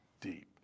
deep